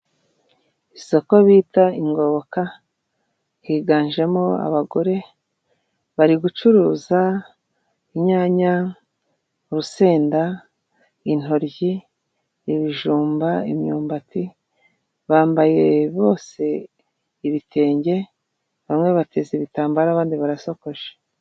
Isoko bita ingoboka higanjemo abagore bari gucuruza inyanya' urusenda' intoryi' ibijumba imyumbati' bambaye bose ibitenge bamwe bateze ibitambaro abandi barasokoje.